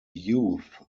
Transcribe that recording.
youth